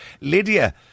Lydia